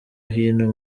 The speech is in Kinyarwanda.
hino